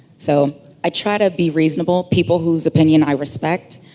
so i try to be reasonable, people whose opinion i respect,